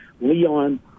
Leon